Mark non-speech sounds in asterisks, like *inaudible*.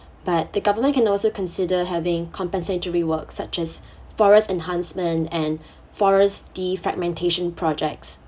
but the government can also consider having compensatory work such as *breath* forest enhancement and *breath* forest defragmentation projects